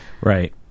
Right